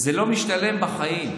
זה לא משתלם בחיים.